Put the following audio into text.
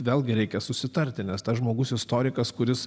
vėlgi reikia susitarti nes tas žmogus istorikas kuris